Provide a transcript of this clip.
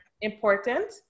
important